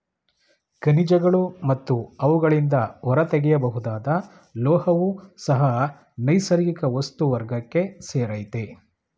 ಖನಿಜಗಳು ಮತ್ತು ಅವುಗಳಿಂದ ಹೊರತೆಗೆಯಬಹುದಾದ ಲೋಹವೂ ಸಹ ನೈಸರ್ಗಿಕ ವಸ್ತು ವರ್ಗಕ್ಕೆ ಸೇರಯ್ತೆ